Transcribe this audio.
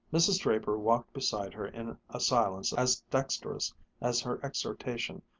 mrs. draper walked beside her in a silence as dexterous as her exhortation,